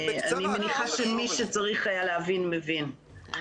אני מניחה שמי שצריך היה להבין מבין.